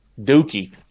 Dookie